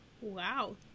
Wow